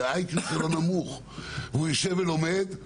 ה IQ שלו נמוך והוא יושב ולומד,